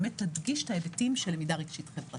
באמת להדגיש את ההיבטים של למידה רגשית-חברתית.